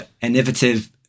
innovative